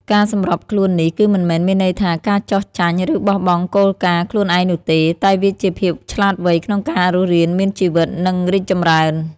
ការសម្របខ្លួននេះ គឺមិនមែនមានន័យថាការចុះចាញ់ ឬបោះបង់គោលការណ៍ខ្លួនឯងនោះទេ តែវាជាភាពឆ្លាតវៃក្នុងការរស់រានមានជីវិត និងរីកចម្រើន។